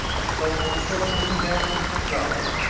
and so fulfilling the commandments of god,